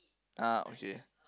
uh okay